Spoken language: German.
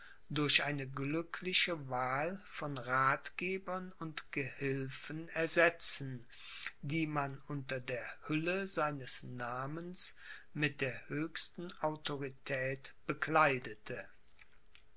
durch eine glückliche wahl von rathgebern und gehilfen ersetzen die man unter der hülle seines namens mit der höchsten autorität bekleidete